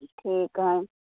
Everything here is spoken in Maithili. ठीक है